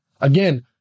Again